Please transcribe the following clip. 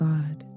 God